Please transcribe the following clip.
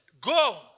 go